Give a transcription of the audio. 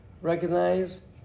recognize